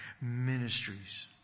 ministries